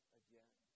again